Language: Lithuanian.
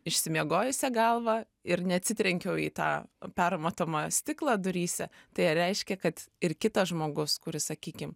išsimiegojusia galva ir neatsitrenkiau į tą permatomą stiklą duryse tai reiškia kad ir kitas žmogus kuris sakykim